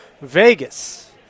vegas